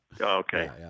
Okay